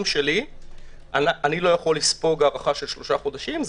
שלי אני לא יכול לספוג הארכה של שלושה חודשים.